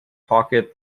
pocket